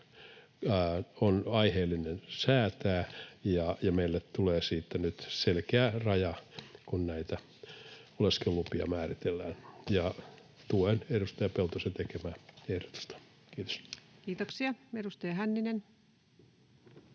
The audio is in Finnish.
on aiheellista säätää, ja meille tulee siihen nyt selkeä raja, kun näitä oleskelulupia määritellään. Tuen edustaja Peltosen tekemää ehdotusta. — Kiitos. [Speech